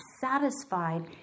satisfied